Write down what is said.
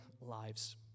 lives